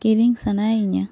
ᱠᱤᱨᱤᱧ ᱥᱟᱱᱟᱭᱮᱧᱟᱹ